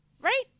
Right